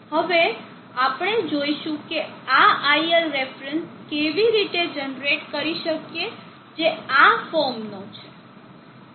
હવે આપણે જોઈશું કે આ iL રેફરન્સ કેવી રીતે જનરેટ કરી શકીએ જે આ ફોર્મનો છે